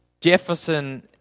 Jefferson